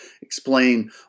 explain